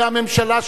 והממשלה,